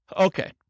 Okay